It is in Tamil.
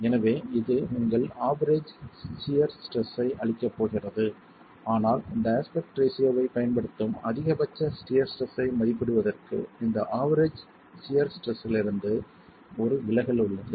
எனவே இது உங்களுக்கு ஆவெரேஜ் சியர் ஸ்ட்ரெஸ் ஐ அளிக்கப் போகிறது ஆனால் இந்த அஸ்பெக்ட் ரேஷியோ வைப் பயன்படுத்தும் அதிகபட்ச சியர் ஸ்ட்ரெஸ் ஐ மதிப்பிடுவதற்கு இந்த ஆவெரேஜ் சியர் ஸ்ட்ரெஸ்லிருந்து ஒரு விலகல் உள்ளது